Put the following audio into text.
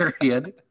period